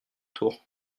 tour